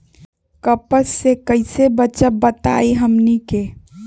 कपस से कईसे बचब बताई हमनी के?